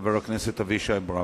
חבר הכנסת אבישי ברוורמן.